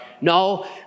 No